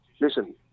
listen